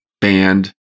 band